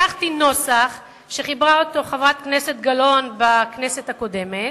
לקחתי נוסח שחיברה חברת הכנסת גלאון בכנסת הקודמת,